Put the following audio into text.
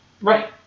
Right